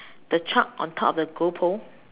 the truck on top of the goal pole